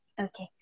Okay